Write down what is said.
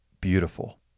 beautiful